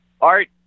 art